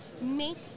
make